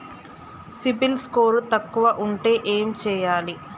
CIBIL score తక్కువ ఉంటే ఏం చేయాలి?